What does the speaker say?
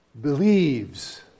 believes